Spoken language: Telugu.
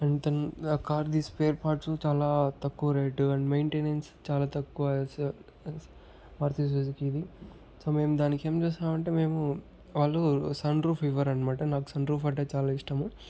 అండ్ దెన్ ఆ కార్ ది స్పేర్ పార్ట్సు చాలా తక్కువ రేటు అండ్ మెయింటెనెన్స్ చాలా తక్కువ స్ మారుతి సుజుకీది సో మేం దానికి ఏం చేశామంటే మేము వాళ్ళు సన్ రూఫ్ ఇవ్వరన్నమాట నాకు సన్ రూఫ్ అంటే చాలా ఇష్టము